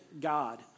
God